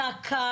זק"א,